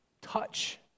touch